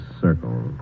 circle